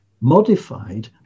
modified